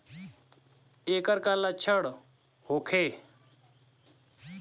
ऐकर का लक्षण होखे?